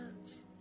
loves